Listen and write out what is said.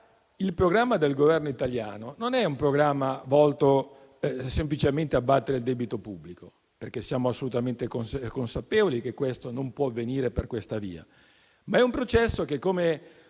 il programma del Governo italiano non è volto semplicemente ad abbattere il debito pubblico, perché siamo assolutamente consapevoli che ciò non può avvenire per questa via. È un processo che - come